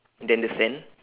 then the sand